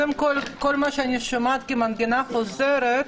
כל מה שאני שומעת הוא כמנגינה חוזרת,